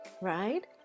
right